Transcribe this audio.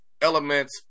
Elements